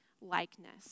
likeness